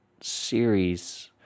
series